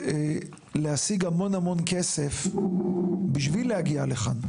להשיג המון המון כסף בשביל להגיע לכאן.